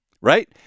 Right